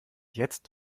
jetzt